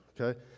Okay